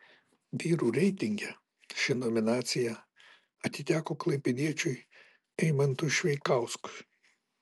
vyrų reitinge ši nominacija atiteko klaipėdiečiui eimantui šveikauskui